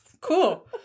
Cool